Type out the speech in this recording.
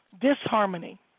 disharmony